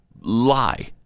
lie